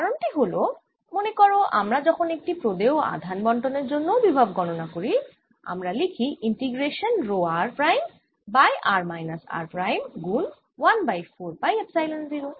কারণ টি হল মনে করো আমরা যখন একটি প্রদেয় আধান বন্টনের জন্যও বিভব গণনা করি আমরা লিখি ইন্টিগ্রেশান রো r prime by r minus r prime গুণ 1 বাই 4 পাই এপসাইলন 0